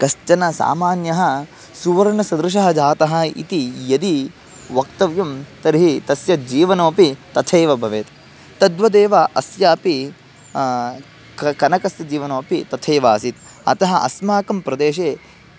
कश्चन सामान्यः सुवर्णसदृशः जातः इति यदि वक्तव्यं तर्हि तस्य जीवनमपि तथैव भवेत् तद्वदेव अस्यापि क कनकस्य जीवनमपि तथैव आसीत् अतः अस्माकं प्रदेशे